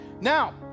Now